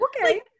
okay